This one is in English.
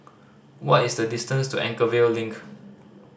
what is the distance to Anchorvale Link